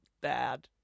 bad